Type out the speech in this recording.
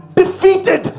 defeated